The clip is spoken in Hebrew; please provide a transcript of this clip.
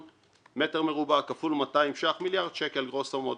מטר מרובע כפול 200 ש"ח מיליארד שקל גרוסו מודו.